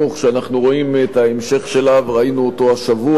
שאנחנו רואים את ההמשך שלה וראינו אותו השבוע,